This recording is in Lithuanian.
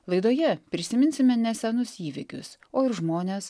laidoje prisiminsime nesenus įvykius o ir žmones